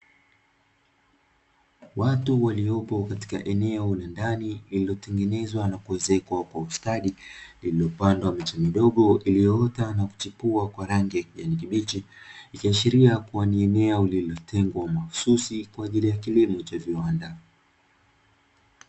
Watu waliopo kwenye eneo la ndani lililotenenezwa na kuezekwa kwa ustadi, limepandwa miche midogo iliyoota na kuchipua kwa rangi ya kijani kibichi, ikiashiria kuwa ni eneo lililotengwa mahususi kwa ajili ya kilimo cha viwanda.